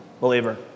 believer